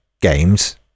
games